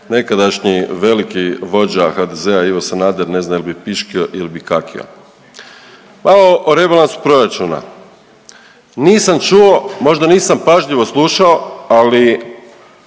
nekadašnji veliki vođa HDZ-a Ivo Sanader ne znam jel bi piškio il bi kakio. Malo o rebalansu proračuna, nisam čuo, možda nisam pažljivo slušao, ali